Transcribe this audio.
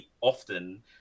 often